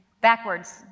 backwards